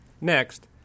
Next